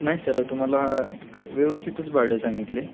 नाही सर तुम्हाला व्यवस्थितच भाडं सांगितलं आहे